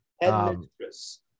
Headmistress